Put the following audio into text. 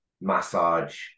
massage